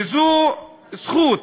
וזו זכות.